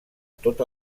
tot